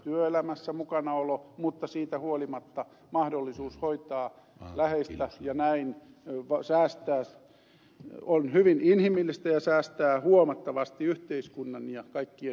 työelämässä mukanaolo mutta siitä huolimatta mahdollisuus hoitaa läheistä on hyvin inhimillistä ja säästää huomattavasti yhteiskunnan ja kaikkien varoja